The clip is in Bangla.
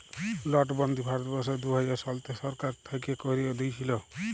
লটবল্দি ভারতবর্ষে দু হাজার শলতে সরকার থ্যাইকে ক্যাইরে দিঁইয়েছিল